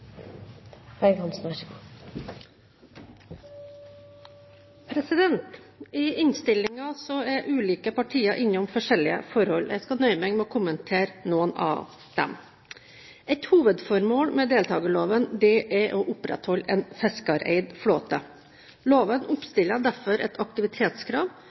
ulike partier innom forskjellige forhold. Jeg skal nøye meg med å kommentere noen av dem. Et hovedformål med deltakerloven er å opprettholde en fiskereid flåte. Loven oppstiller derfor et aktivitetskrav